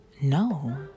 no